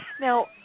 Now